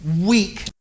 weak